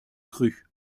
cru